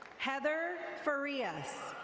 heather forias.